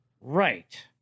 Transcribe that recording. Right